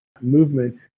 movement